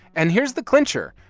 and here's the clincher.